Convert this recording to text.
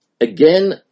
again